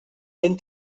ben